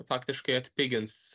faktiškai atpigins